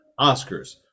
Oscars